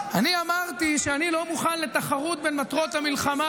אני אמרתי שאני לא מוכן לתחרות בין מטרות המלחמה,